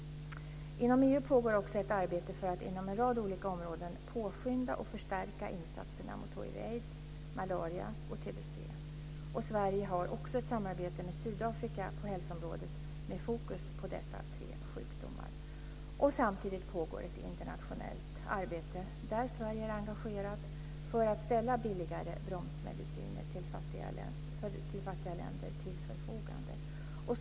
Inom EU pågår också ett arbete för att inom en rad olika områden påskynda och förstärka insatserna mot hiv/aids, malaria och tbc. Sverige har också ett samarbete med Sydafrika på hälsoområdet med fokus på dessa tre sjukdomar. Samtidigt pågår ett internationellt arbete, där Sverige är engagerat, för att ställa billigare bromsmediciner till fattiga länder till förfogande.